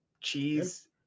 cheese